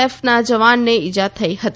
એફના જવાનને ઇજા થઇ હતી